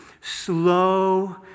slow